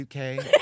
UK